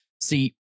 See